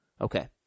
Okay